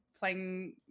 playing